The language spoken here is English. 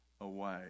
away